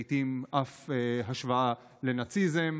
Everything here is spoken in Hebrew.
לעיתים אף השוואה לנאציזם.